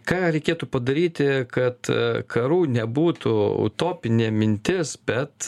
ką reikėtų padaryti kad karų nebūtų utopinė mintis bet